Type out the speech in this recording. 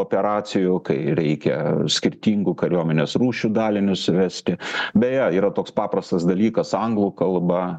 operacijų kai reikia skirtingų kariuomenės rūšių dalinius vesti beje yra toks paprastas dalykas anglų kalba